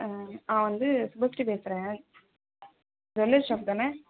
நான் வந்து சுபஸ்ரீ பேசுகிறேன் ஜூவல்லரி ஷாப் தானே